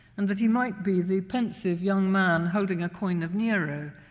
and that he might be the pensive young man holding a coin of nero,